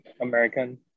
American